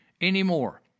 anymore